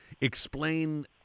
Explain